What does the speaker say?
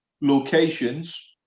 locations